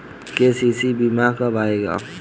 KCC बीमा कब आएगा?